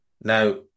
Now